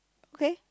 okay